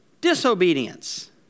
disobedience